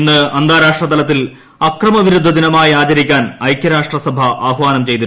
ഇന്ന് അന്താരാഷ്ട്രതലത്തിൽ അക്രമവിരുദ്ധദിനമായി ആചരിക്കാൻ ഐകൃരാഷ്ട്രസഭ ആഹ്വാനം ചെയ്തു